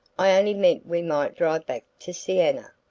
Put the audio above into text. i only meant we might drive back to siena.